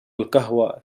القهوة